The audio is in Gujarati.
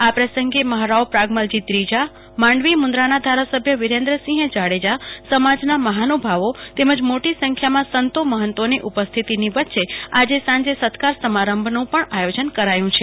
આ પ્રસંગે મહારાવ પ્રગમાંલાજી ત્રીજા માંડવી મુન્દ્રાના ધારાસભ્ય વિરેન્દ્રસિંહ જાડેજા સમાજના મહાનુભાવો તેમજ મોટી સંખ્યામાં સંતો મહંતોની ઉપસ્થિતિ વચ્ચે આજે સાંજે સત્કાર સમારંભનું પણ આયોજન કરાશે